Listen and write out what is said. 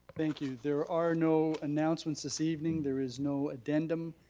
thank you, there are no announcements this evening, there is no addendum.